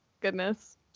goodness